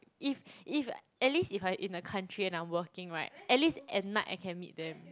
if if at least if I in a country and I'm working right at least at night I can meet them